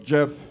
Jeff